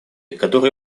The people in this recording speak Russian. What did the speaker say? которые